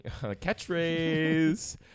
Catchphrase